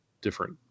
different